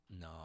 No